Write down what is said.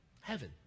Heaven